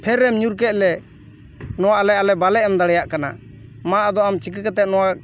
ᱯᱷᱮᱨ ᱨᱮᱢ ᱧᱩᱨ ᱠᱮᱫᱞᱮ ᱱᱚᱣᱟ ᱟᱞᱮ ᱵᱟᱞᱮ ᱮᱢ ᱫᱟᱲᱮᱭᱟᱜ ᱠᱟᱱᱟ ᱢᱟ ᱟᱫᱚ ᱟᱢ ᱪᱤᱠᱟᱹ ᱠᱟᱛᱮ ᱱᱚᱣᱟ